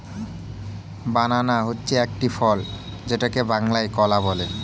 বানানা হচ্ছে একটি ফল যেটাকে বাংলায় কলা বলে